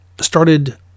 started